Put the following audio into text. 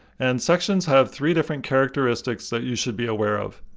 and sections have three different characteristics that you should be aware of.